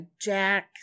Jack